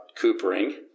coopering